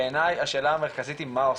בעיניי, השאלה המרכזית היא, מה עושים?